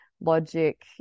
logic